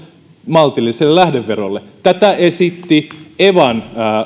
maltilliselle lähdeverolle tätä esitti evan